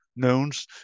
knowns